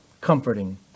comforting